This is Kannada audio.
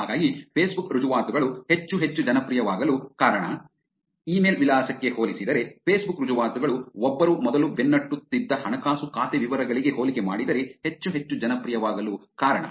ಹಾಗಾಗಿ ಫೇಸ್ಬುಕ್ ರುಜುವಾತುಗಳು ಹೆಚ್ಚು ಹೆಚ್ಚು ಜನಪ್ರಿಯವಾಗಲು ಕಾರಣ ಇಮೇಲ್ ವಿಳಾಸಕ್ಕೆ ಹೋಲಿಸಿದರೆ ಫೇಸ್ಬುಕ್ ರುಜುವಾತುಗಳು ಒಬ್ಬರು ಮೊದಲು ಬೆನ್ನಟ್ಟುತ್ತಿದ್ದ ಹಣಕಾಸು ಖಾತೆ ವಿವರಗಳಿಗೆ ಹೋಲಿಕೆ ಮಾಡಿದರೆ ಹೆಚ್ಚು ಹೆಚ್ಚು ಜನಪ್ರಿಯವಾಗಲು ಕಾರಣ